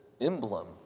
emblem